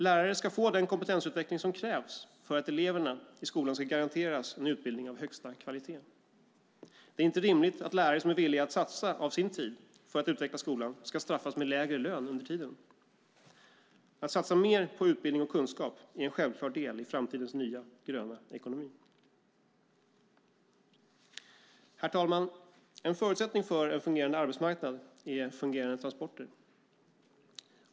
Lärare ska få den kompetensutveckling som krävs för att eleverna i skolan ska garanteras en utbildning av högsta kvalitet. Det är inte rimligt att lärare som är villiga att satsa av sin tid för att utveckla skolan ska straffas med lägre lön under tiden. Att satsa mer på utbildning och kunskap är en självklar del i framtidens nya, gröna ekonomi. Herr talman! En förutsättning för en fungerande arbetsmarknad är fungerande transporter.